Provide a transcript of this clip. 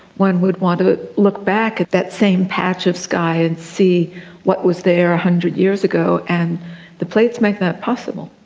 one would want to look back at that same patch of sky and see what was there one hundred years ago, and the plates make that possible.